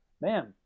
man